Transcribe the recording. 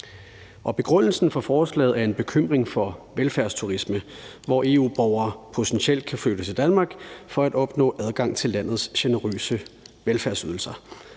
Begrundelsen for forslaget er en bekymring for velfærdsturisme, hvor EU-borgere potentielt kan flytte til Danmark for at opnå adgang til landets generøse velfærdsydelser